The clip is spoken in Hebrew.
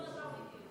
אותו דבר בדיוק.